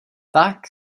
tak